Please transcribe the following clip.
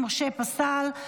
משה פסל,